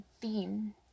theme